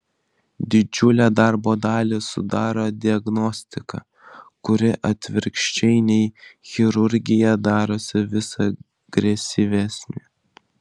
didžiulę darbo dalį sudaro diagnostika kuri atvirkščiai nei chirurgija darosi vis agresyvesnė